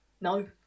No